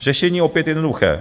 Řešení opět jednoduché.